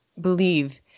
believe